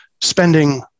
spending